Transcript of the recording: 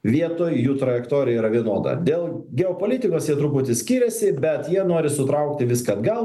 vietoj jų trajektorija yra vienoda dėl geopolitikos jie truputį skiriasi bet jie nori sutraukti viską atgal